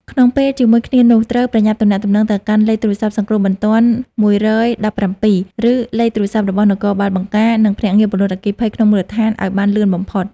ក្នុងពេលជាមួយគ្នានោះ ត្រូវប្រញាប់ទំនាក់ទំនងទៅកាន់លេខទូរស័ព្ទសង្គ្រោះបន្ទាន់ ១១៧ ឬលេខទូរស័ព្ទរបស់នគរបាលបង្ការ និងភ្នាក់ងារពន្លត់អគ្គីភ័យក្នុងមូលដ្ឋានឱ្យបានលឿនបំផុត។